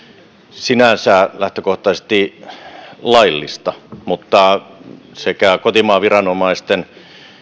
sinänsä lähtökohtaisesti laillista mutta sekä kotimaan viranomaisten